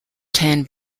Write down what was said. ten